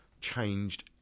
changed